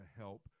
help